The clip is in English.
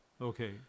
okay